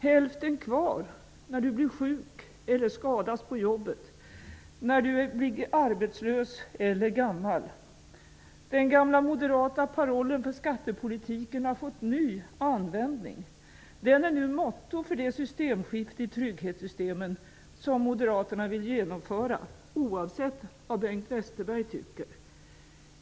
''Hälften kvar'' när du blir sjuk eller skadas på jobbet, när du blir arbetslös eller gammal -- den gamla moderata parollen för skattepolitiken har fått en ny användning. Den är nu mottot för det systemskifte i trygghetssystemen som Moderaterna vill genomföra, oavsett vad Bengt Westerberg tycker.